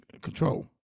control